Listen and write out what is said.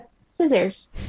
scissors